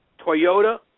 Toyota